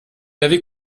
avait